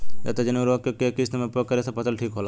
नेत्रजनीय उर्वरक के केय किस्त मे उपयोग करे से फसल ठीक होला?